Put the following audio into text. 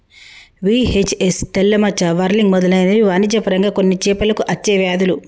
VHS, తెల్ల మచ్చ, whirling మెదలైనవి వాణిజ్య పరంగా కొన్ని చేపలకు అచ్చే వ్యాధులు